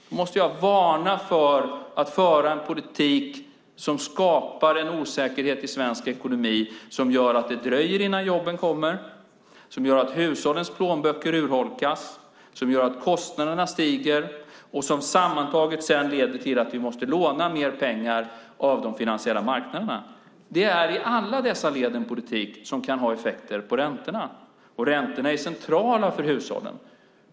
Då måste jag varna för att föra en politik som skapar en osäkerhet i svensk ekonomi som gör att det dröjer innan jobben kommer, som gör att hushållens plånböcker urholkas, som gör att kostnaderna stiger och som sammantaget sedan leder till att vi måste låna mer pengar av de finansiella marknaderna. Det är en politik som i alla dessa led kan ha effekter på räntorna, och räntorna är centrala för hushållen.